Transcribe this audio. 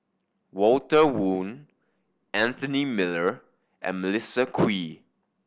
Walter Woon Anthony Miller and Melissa Kwee